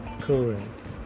Current